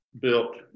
built